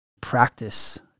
practice